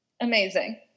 Amazing